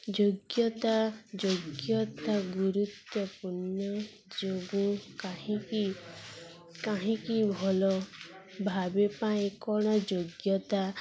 ଯୋଗ୍ୟତା ଯୋଗ୍ୟତା ଗୁରୁତ୍ୱପୂର୍ଣ୍ଣ ଯୋଗୁଁ କାହିଁକି କାହିଁକି ଭଲ ଭାବେ ପାଇଁ କଣ ଯୋଗ୍ୟତା